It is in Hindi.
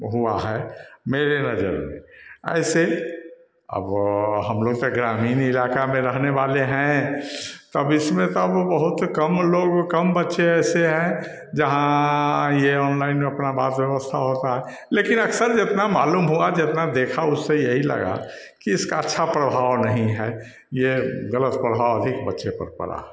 हुआ है मेरे नज़र में ऐसे अब हम लोग तो ग्रामीण इलाका में रहने वाले हैं तब इसमें तो अब बहुत कम लोग कम बच्चे ऐसे हैं जहाँ यह ऑनलाइन अपना बात व्यवस्था होता है लेकिन अक्सर जितना मालूम होगा जितना देखा उससे यही लगा कि इसका अच्छा प्रभाव नहीं है यह गलत प्रभाव अधिक बच्चे पर पड़ा